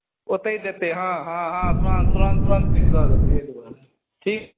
ओत्तै देतै हँ हँ हँ तुरन्त तुरन्त तुरन्त चेक दऽ देत ठीक